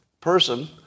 person